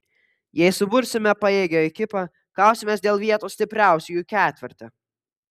jei subursime pajėgią ekipą kausimės dėl vietos stipriausiųjų ketverte